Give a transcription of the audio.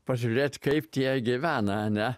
pažiūrėti kaip tie gyvena ane